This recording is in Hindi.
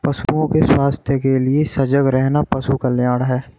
पशुओं के स्वास्थ्य के लिए सजग रहना पशु कल्याण है